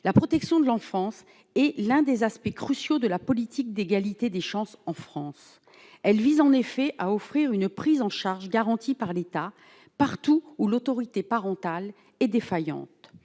la protection de l'enfance et l'un des aspects cruciaux de la politique d'égalité des chances, en France, elle vise en effet à offrir une prise en charge, garanti par l'État, partout où l'autorité parentale est défaillante,